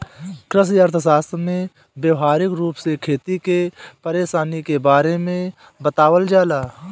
कृषि अर्थशास्त्र में व्यावहारिक रूप से खेती के परेशानी के बारे में बतावल जाला